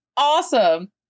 Awesome